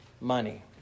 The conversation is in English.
money